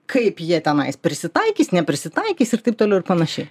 kaip jie tenais prisitaikys neprisitaikys ir taip toliau ir panašiai